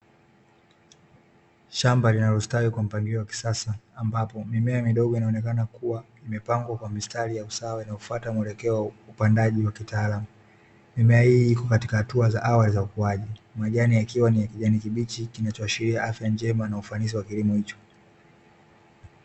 Shamba linalostawi kwa mpangilio wa kisasa ambapo mimea midogo inaonekana kuwa imepangwa kwa mistari ya usawa inayofata muelekeo wa upandaji wa kitaalamu, mimea hii iko katika hatua za awali za ukuaji, majani yakiwa ni ya kijani kibichi kinachoashiria afya njema na ufanisi wa kilimo hicho.